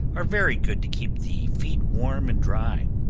are very good to keep the feet warm and dry.